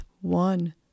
One